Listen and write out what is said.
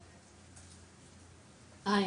היי,